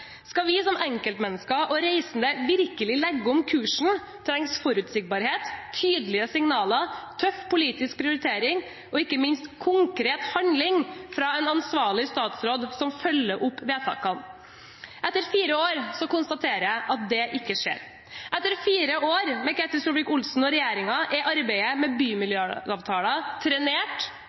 Skal vi som enkeltmennesker og reisende virkelig legge om kursen, trengs forutsigbarhet, tydelige signaler, tøff politisk prioritering og ikke minst konkret handling fra en ansvarlig statsråd som følger opp vedtakene. Etter fire år konstaterer jeg at det ikke skjer. Etter fire år med Ketil Solvik-Olsen og regjeringen er arbeidet med bymiljøavtaler trenert,